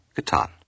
getan